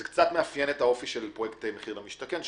זה קצת מאפיין את האופי של פרויקט מחיר למשתכן,